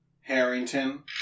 Harrington